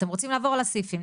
אתם רוצים לעבור על הסעיפים,